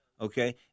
okay